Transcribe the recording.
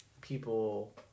people